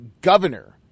governor